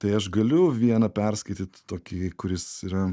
tai aš galiu vieną perskaityt tokį kuris yra